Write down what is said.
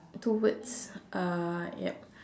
two words uh yup